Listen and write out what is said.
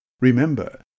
Remember